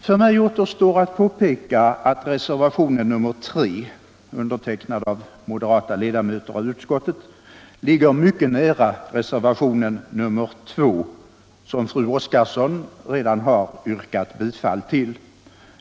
För mig återstår att påpeka att reservationen 3, undertecknad av moderata ledamöter av utskottet, ligger mycket nära reservationen 2, som fru Oskarsson har yrkat bifall till.